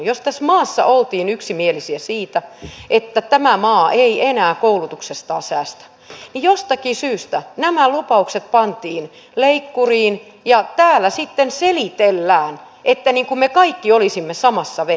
jos tässä maassa oltiin yksimielisiä siitä että tämä maa ei enää koulutuksestaan säästä niin jostakin syystä nämä lupaukset pantiin leikkuriin ja täällä sitten selitellään että me kaikki olisimme samassa veneessä